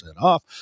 off